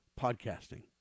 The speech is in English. podcasting